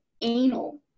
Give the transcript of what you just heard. anal